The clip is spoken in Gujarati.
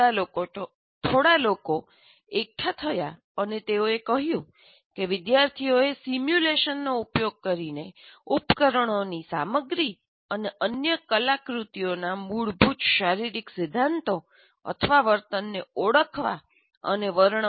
થોડા લોકો એકઠા થયા અને તેઓએ કહ્યું કે વિદ્યાર્થીએ સિમ્યુલેશનનો ઉપયોગ કરીને ઉપકરણોની સામગ્રી અને અન્ય કલાકૃતિઓના મૂળભૂત શારીરિક સિદ્ધાંતો અથવા વર્તનને ઓળખવા અને વર્ણવવા માટે સમર્થ હોવા જોઈએ